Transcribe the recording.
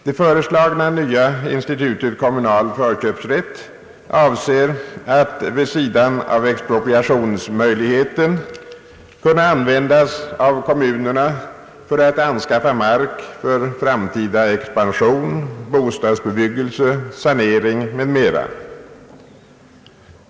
Det föreslagna nya institutet kommunal förköpsrätt är avsett att vid sidan av expropriationsmöjligheten kunna användas av kommunerna vid anskaffning av mark för framtida expansion, bostadsbebyggelse, sanering m,. m.